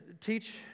teach